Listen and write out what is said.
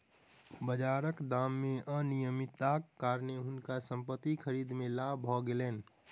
बाजारक दाम मे अनियमितताक कारणेँ हुनका संपत्ति खरीद मे लाभ भ गेलैन